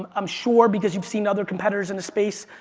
um i'm sure because you've seen other competitors in the space,